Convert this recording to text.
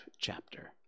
Chapter